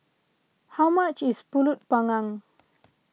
how much is Pulut Panggang